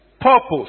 purpose